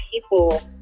people